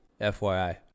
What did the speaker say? FYI